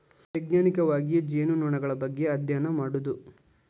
ವೈಜ್ಞಾನಿಕವಾಗಿ ಜೇನುನೊಣಗಳ ಬಗ್ಗೆ ಅದ್ಯಯನ ಮಾಡುದು